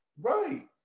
Right